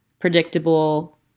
predictable